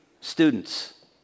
students